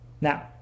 Now